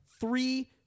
three